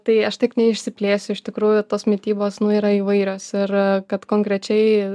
tai aš tiek neišsiplėsiu iš tikrųjų tos mitybos nu yra įvairios ir kad konkrečiai